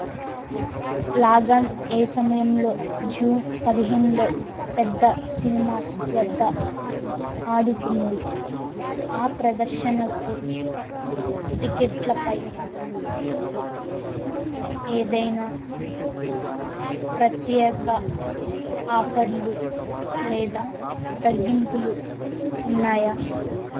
లగాన్ ఏ సమయంలో జూన్ పదిహేనులో పెద్ద సినిమాస్ వద్ద ఆడుతుంది ఆ ప్రదర్శనకు టిక్కెట్లపై ఏదైనా ప్రత్యేక ఆఫర్లు లేదా తగ్గింపులు ఉన్నాయా